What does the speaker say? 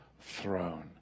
throne